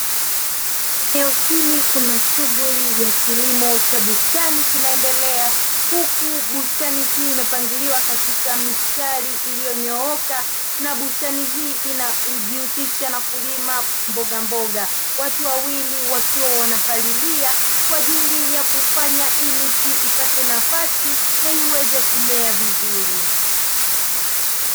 Eneo hili kuna shughuli ya kilimo cha bustani kinaendelea huku bustani hii imepangiliwa katika mistari iliyonyooka na bustani hii inajihusisha na kulima mbogamboga. Watu wawili wakiwa wanapalilia kwa ajili ya kufanya hii miti ipate nafasi na iweze kumea vizuri.